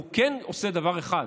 הוא כן עושה דבר אחד: